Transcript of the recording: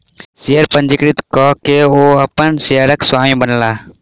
share पंजीकृत कय के ओ अपन शेयरक स्वामी बनला